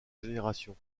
génération